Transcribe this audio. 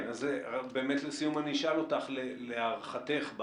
לסיום אשאל אותך: להערתך,